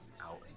out